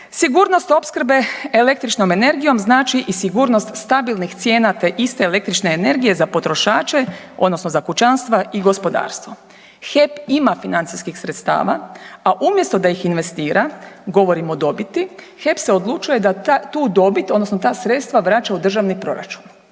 Sigurnost opskrbe električnom energijom znači i sigurnost stabilnih cijena te iste električne energije za potrošače odnosno za kućanstva i gospodarstvo. HEP ima financijskih sredstava, a umjesto da ih investira, govorim o dobiti, HEP se odlučuje da tu dobit odnosno ta sredstva vraća u državni proračun.